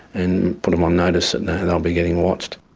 and put them on notice and that they'll be getting watched.